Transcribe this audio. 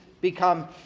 become